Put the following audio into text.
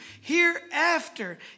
hereafter